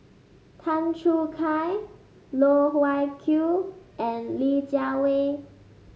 Tan Choo Kai Loh Wai Kiew and Li Jiawei